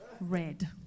Red